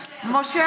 אמסלם,